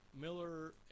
Miller